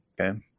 Okay